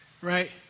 Right